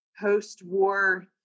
post-war